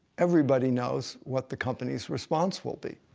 everybody knows what the company's response will be.